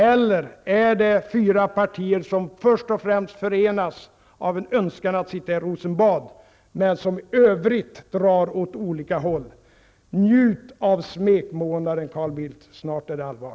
Eller är det fyra partier som först och främst förenas av en önskan att sitta i Rosenbad, men som i övrigt drar åt olika håll? Njut av smekmånaden, Carl Bildt! Snart är det allvar.